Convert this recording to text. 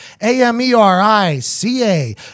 A-M-E-R-I-C-A